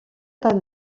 tan